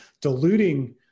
diluting